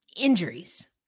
Injuries